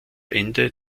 ende